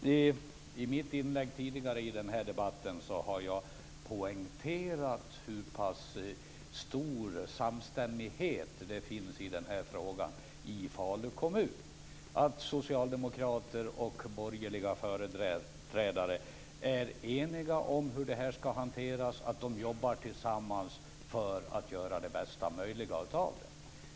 Fru talman! I mitt inlägg tidigare i den här debatten har jag poängterat hur pass stor samstämmighet det finns i den här frågan i Falu kommun, att socialdemokrater och borgerliga företrädare är eniga om hur det här ska hanteras och att de jobbar tillsammans för att göra det bästa möjliga av det.